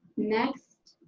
next,